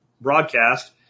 broadcast